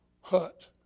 hut